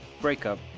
breakup